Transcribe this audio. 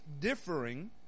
differing